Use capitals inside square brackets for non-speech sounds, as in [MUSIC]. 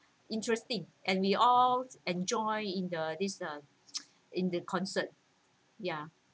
interesting and we all enjoy in the this uh [NOISE] in the concert ya